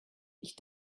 ich